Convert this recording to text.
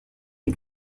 les